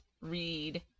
read